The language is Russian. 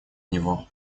него